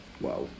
Wow